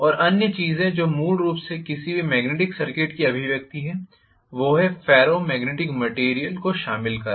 और अन्य चीजें जो मूल रूप से किसी भी मॅग्नेटिक सर्किट की अभिव्यक्ति हैं वो हैफेरो मॅग्नेटिक मेटीरियल को शामिल करना